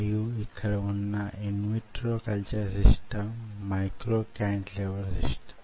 మరియు ఇక్కడ వున్న in vitro culture system micro cantilever system